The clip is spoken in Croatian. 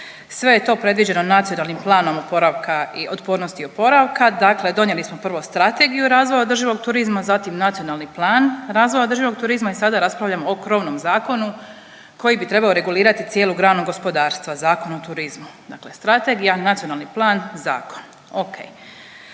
Sve je to predviđeno Nacionalnim planom oporavka, otpornosti i oporavka, dakle donijeli smo prvo Strategiju razvoja održivog turizma, zatim Nacionalni plan razvoja održivog turizma i sad raspravljamo o krovnom zakonu koji bi trebao regulirati cijelu granu gospodarstva, Zakon o turizmu. Dakle strategija, nacionalni plan, zakon.